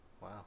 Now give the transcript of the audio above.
Wow